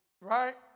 right